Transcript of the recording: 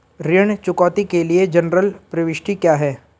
ऋण चुकौती के लिए जनरल प्रविष्टि क्या है?